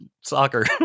soccer